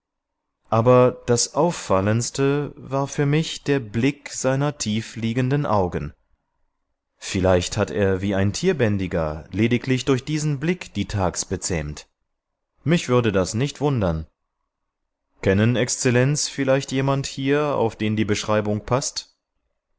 aber das auffallendste war für mich der blick seiner tiefliegenden augen vielleicht hat er wie ein tierbändiger lediglich durch diesen blick die thags bezähmt mich würde das nicht wundern kennen exzellenz vielleicht jemand hier auf den die beschreibung paßt